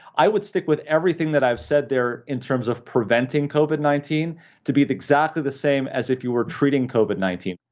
i would stick with everything that i've said there in terms of preventing covid nineteen to be exactly the same as if you were treating covid nineteen.